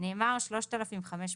נאמר "3,504".